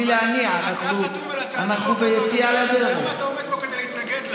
האמת היא שאני מאוד רוצה לשמוע אתכם,